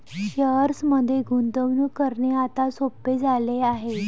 शेअर्समध्ये गुंतवणूक करणे आता सोपे झाले आहे